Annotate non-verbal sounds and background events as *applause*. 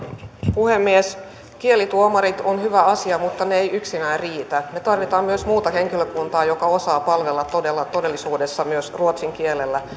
puhemies kielituomarit ovat hyvä asia mutta ne eivät yksinään riitä me tarvitsemme myös muuta henkilökuntaa joka osaa palvella todella todellisuudessa myös ruotsin kielellä *unintelligible*